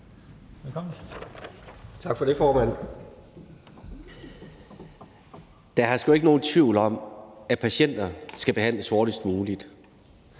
hersker jo ikke nogen tvivl om, at patienter skal behandles hurtigst muligt,